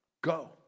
Go